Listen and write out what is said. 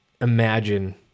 imagine